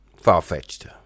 far-fetched